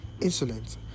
insolent